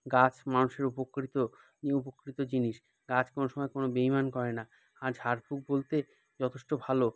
গাছ মানুষের উপকৃত ইয়ে উপকৃত জিনিস গাছ কোনো সময় কোনো বেইমান করে না আর ঝাড়ফুঁক বলতে যথেষ্ট ভালো